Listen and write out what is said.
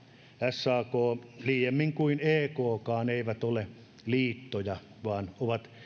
sak liiemmin kuin ekkaan eivät ole liittoja vaan ovat